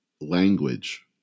language